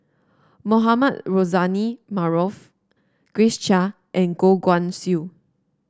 Mohamed Rozani Maarof Grace Chia and Goh Guan Siew